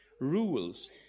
rules